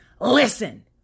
listen